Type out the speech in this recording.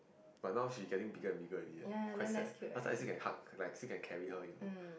but now she getting bigger and bigger already leh quite sad cause I still can hug like still can carry her you know